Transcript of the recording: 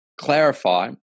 clarify